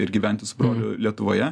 ir gyventi su broliu lietuvoje